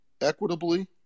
equitably